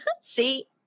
See